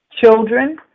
children